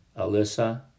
Alyssa